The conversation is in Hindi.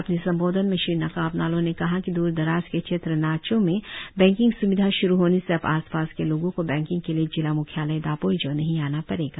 अपने संबोधन में श्री नाकाप नालो ने कहा कि दूर दराज के क्षेत्र नाचो में बैंकिंग स्विधा श्रु होने से अब आस पास के लोगों को बैंकिंग के लिए जिला म्ख्यालय दापोरिजो नहीं आना पड़ेगा